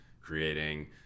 creating